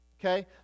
Okay